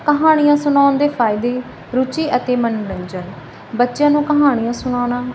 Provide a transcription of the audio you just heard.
ਕਹਾਣੀਆਂ ਸੁਣਾਉਣ ਦੇ ਫਾਇਦੇ ਰੁਚੀ ਅਤੇ ਮਨੋਰੰਜਨ ਬੱਚਿਆਂ ਨੂੰ ਕਹਾਣੀਆਂ ਸੁਣਾਉਣਾ